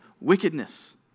wickedness